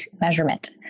measurement